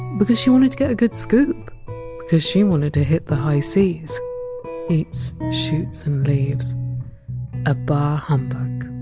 because she wanted to get a good scoop because she wanted to hit the high c! s eats shoots and leaves a baa humbug!